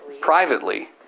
privately